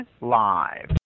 live